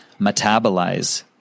metabolize